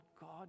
God